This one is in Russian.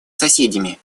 соседями